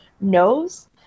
knows